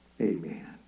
Amen